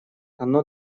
оно